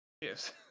Yes